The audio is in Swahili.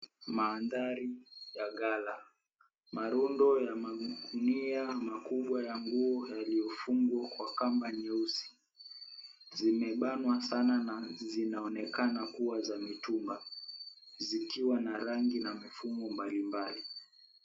Mandhari ya ghala. Marundo ya magunia makubwa ya nguo yaliyofungwa kwa kamba nyeusi zimebanwa sana na zinaonekana kuwa za mitumba zikiwa na rangi na mifumo mbalimbali.